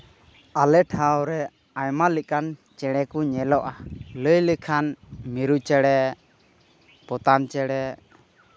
ᱟᱞᱮ ᱴᱷᱟᱶ ᱨᱮ ᱟᱭᱢᱟ ᱞᱮᱠᱟᱱ ᱪᱮᱬᱮ ᱠᱚ ᱧᱮᱞᱚᱜᱼᱟ ᱞᱟᱹᱭ ᱞᱮᱠᱷᱟᱱ ᱢᱤᱨᱩ ᱪᱮᱬᱮ ᱯᱚᱛᱟᱢ ᱪᱮᱬᱮ